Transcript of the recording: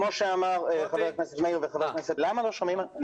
בתחילת דבריי אני